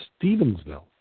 Stevensville